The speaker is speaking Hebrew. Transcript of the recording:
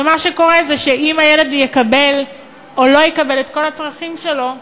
ומה שקורה זה שאם הילד יקבל או לא יקבל את כל הצרכים שלו,